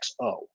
XO